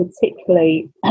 particularly